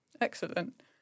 Excellent